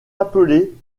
appelés